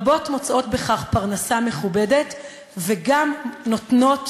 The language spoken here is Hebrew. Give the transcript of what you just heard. רבות מוצאות בכך פרנסה מכובדת וגם נותנות